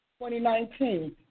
2019